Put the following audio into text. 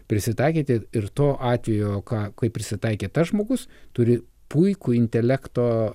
prisitaikyti ir to atvejo ką kaip prisitaikė tas žmogus turi puikų intelekto